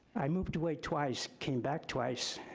i moved away twice, came back twice.